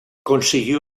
consiguió